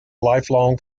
lifelong